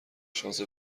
شانس